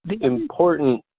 important